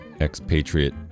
expatriate